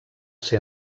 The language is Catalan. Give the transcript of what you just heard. ser